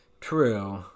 True